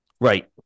Right